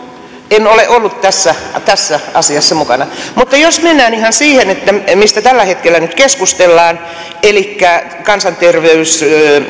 en ole ollut tässä asiassa mukana mutta jos mennään ihan siihen mistä tällä hetkellä nyt keskustellaan elikkä kansanterveyden